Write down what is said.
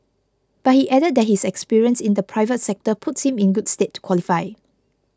but he added that his experience in the private sector puts him in good state qualifying